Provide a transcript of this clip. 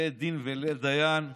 לית דין ולית דיין.